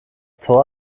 tor